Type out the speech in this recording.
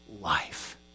life